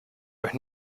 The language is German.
euch